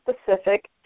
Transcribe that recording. specific